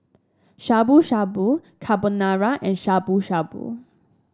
Shabu Shabu Carbonara and Shabu Shabu